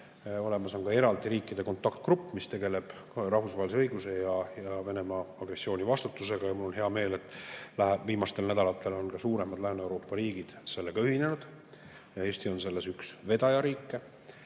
Olemas on ka eraldi riikide kontaktgrupp, mis tegeleb rahvusvahelise õiguse ja Venemaa vastutusega agressiooni eest, ning mul on hea meel, et viimastel nädalatel on ka suuremad Lääne-Euroopa riigid sellega ühinenud. Eesti on selles üks vedajariike.